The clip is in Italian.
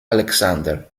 alexander